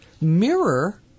mirror